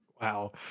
Wow